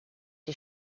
die